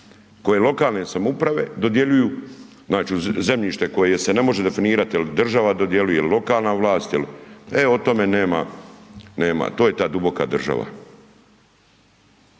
koje lokalne samouprave dodjeljuju znači uz zemljište koje se ne može definirati jel država dodjeljuje, jel lokalna vlast, e o tome nema, to je ta duboka država.